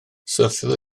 syrthiodd